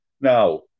Now